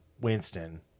Winston